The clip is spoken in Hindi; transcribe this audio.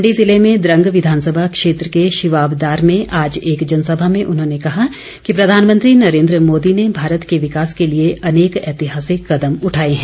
मण्डी ज़िले में द्रंग विधानसभा क्षेत्र के शिवाबदार में आज एक जनसभा में उन्होंने कहा कि प्रधानमंत्री नरेन्द्र मोदी ने भारत के विकास के लिए अनेक ऐतिहासिक कदम उठाए हैं